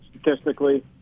statistically